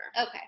okay